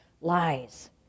lies